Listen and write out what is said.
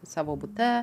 savo bute